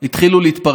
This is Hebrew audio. אתה,